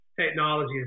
technology